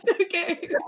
Okay